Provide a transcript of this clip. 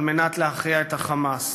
כדי להכריע את ה"חמאס".